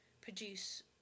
produce